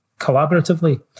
collaboratively